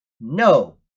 no